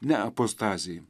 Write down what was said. ne apostazėj